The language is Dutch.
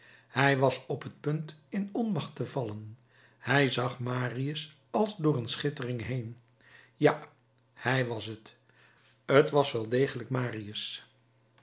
hij was op t punt in onmacht te vallen hij zag marius als door een schittering heen ja hij was het t was wel degelijk marius